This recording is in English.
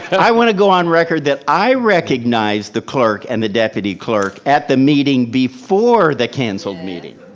i want to go on record that i recognize the clerk, and the deputy clerk, at the meeting, before the canceled meeting.